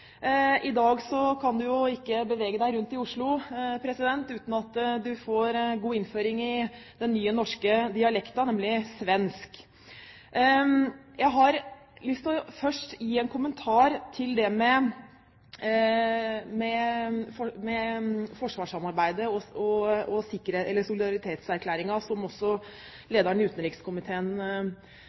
I dag kan man jo ikke bevege seg rundt i Oslo uten at man får god innføring i den nye norske dialekten svensk! Jeg har først lyst til å gi en kommentar til det med forsvarssamarbeid og en solidaritetserklæring, som også lederen i utenrikskomiteen berørte i sitt innlegg. Og